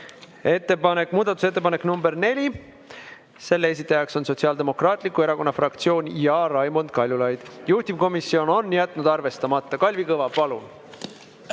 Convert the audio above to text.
täielikult. Muudatusettepanek nr 4, selle esitajad on Sotsiaaldemokraatliku Erakonna fraktsioon ja Raimond Kaljulaid, juhtivkomisjon on jätnud arvestamata. Kalvi Kõva, palun!